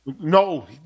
No